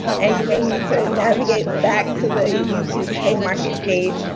and you may need to navigate back to the youtube haymarket page,